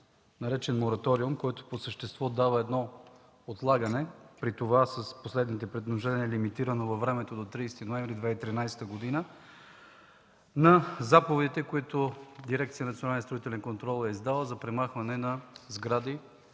наречен „мораториум”, който по същество дава отлагане, при това с последните предложения, лимитирано във времето до 30 ноември 2013 г., на заповедите, които дирекция „Национален и строителен контрол” е издала за премахване на сгради